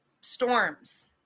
storms